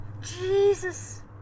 Jesus